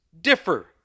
differ